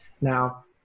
Now